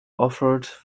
offered